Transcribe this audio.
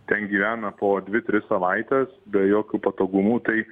ten gyvena po dvi tris savaites be jokių patogumų tai